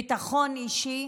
ביטחון אישי?